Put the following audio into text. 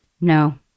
No